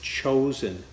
chosen